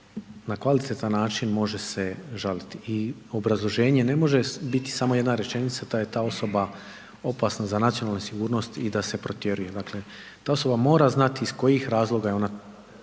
na kvalitetan način može se žaliti. I obrazloženje ne može biti samo jedna rečenica da je ta osoba opasna za nacionalnu sigurnost i da se protjeruje, dakle ta osoba mora znati iz kojih razloga je ona